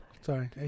Sorry